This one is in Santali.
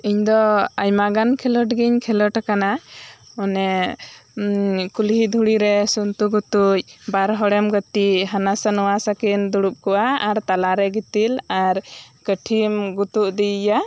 ᱤᱧ ᱫᱚ ᱟᱭᱢᱟ ᱜᱟᱱ ᱠᱷᱮᱞᱳᱰ ᱜᱮᱧ ᱠᱷᱮᱞᱳᱰ ᱠᱟᱱᱟ ᱚᱱᱮ ᱠᱩᱞᱦᱤ ᱫᱷᱩᱲᱤ ᱨᱮ ᱥᱩᱱᱛᱩ ᱜᱩᱛᱩᱡ ᱵᱟᱨ ᱦᱚᱲᱮᱢ ᱜᱟᱛᱮᱜ ᱦᱟᱱᱟ ᱥᱟ ᱱᱚᱣᱟ ᱥᱟ ᱠᱤᱱ ᱫᱩᱲᱩᱵ ᱠᱚᱜᱼᱟ ᱟᱨ ᱛᱟᱞᱟᱨᱮ ᱜᱤᱛᱤᱞ ᱟᱨ ᱠᱟᱴᱷᱤᱢ ᱜᱩᱛᱩ ᱤᱫᱤᱭᱟ